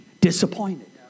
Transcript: disappointed